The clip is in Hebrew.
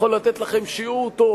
והוא יכול לתת להם שיעור טוב